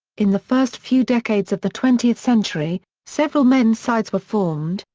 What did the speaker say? in the first few decades of the twentieth century, several men's sides were formed,